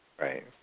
Right